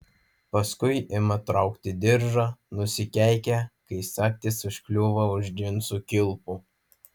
paskui ima traukti diržą nusikeikia kai sagtis užkliūva už džinsų kilpų